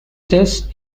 this